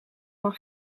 van